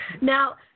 Now